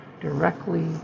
directly